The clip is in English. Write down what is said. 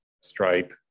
Stripe